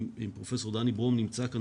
אם פרופסור דני ברום נמצא כאן,